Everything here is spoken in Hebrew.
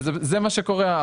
וזה מה שקורה.